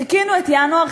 חיכינו את ינואר,